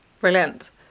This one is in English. Brilliant